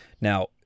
Now